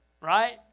Right